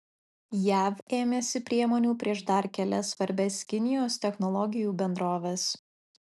jav ėmėsi priemonių prieš dar kelias svarbias kinijos technologijų bendroves